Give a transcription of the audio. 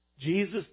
Jesus